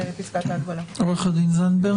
עורך הדין זנדברג.